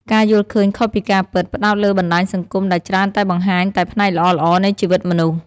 ការយល់ឃើញខុសពីការពិត ផ្តោតលើបណ្ដាញសង្គមដែលច្រើនតែបង្ហាញតែផ្នែកល្អៗនៃជីវិតមនុស្ស។